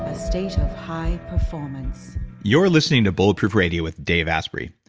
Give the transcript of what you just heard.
a state of high performance you're listening to bulletproof radio with dave asprey.